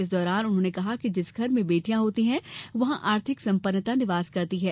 इस दौरान उन्होंने कहा कि जिस घर में बेटियाँ होती हैं वहाँ आर्थिक सम्पन्नता निवास करती है